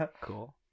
Cool